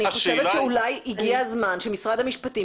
אני חושבת שאולי הגיע הזמן שמשרד המשפטים